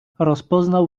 rozpoznał